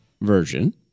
version